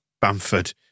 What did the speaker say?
Bamford